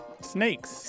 Snakes